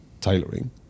tailoring